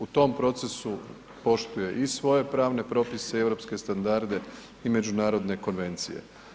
U tom procesu poštuje i svoje pravne propise i EU standarde i međunarodne konvencije.